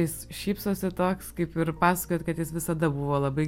jis šypsosi toks kaip ir pasakojot kad jis visada buvo labai